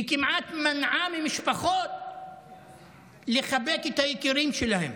היא כמעט מנעה ממשפחות לחבק את היקירים שלהן.